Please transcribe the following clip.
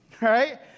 right